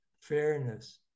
fairness